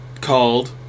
called